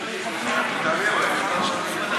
אדוני היושב-ראש,